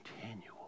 continual